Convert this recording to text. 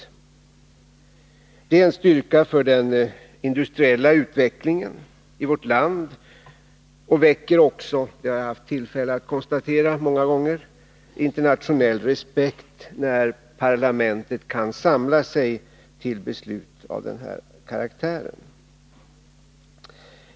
Det är inte bara en styrka för den industriella utvecklingen i vårt land, utan det väcker också — det har jag haft tillfälle att konstatera många gånger — internationell respekt när parlamentet kan samla sig till beslut av den här karaktären.